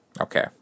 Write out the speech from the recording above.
okay